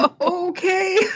okay